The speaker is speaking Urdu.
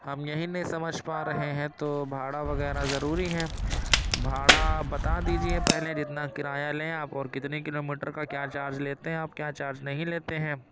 ہم یہی نہیں سمجھ پا رہے ہیں تو بھاڑا وغیرہ ضروری ہے بھاڑا آپ بتا دیجیے پہلے جتنا کرایہ لیں آپ اور کتنے کلو میٹر کا کیا چارج لیتے ہیں آپ کیا چارج نہیں لیتے ہیں